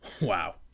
wow